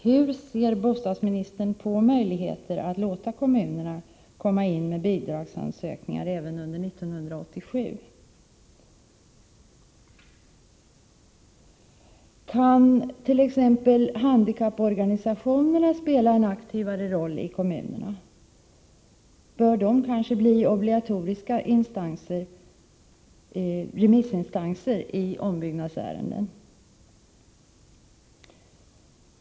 Hur ser bostadsministern på möjligheterna att låta kommunerna komma in med bidragsansökningar även under 1987? Kan t.ex. handikapporganisationerna spela en aktivare roll i kommunerna? Bör de bli obligatoriska remissinstanser i ombyggnadsärenden?